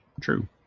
True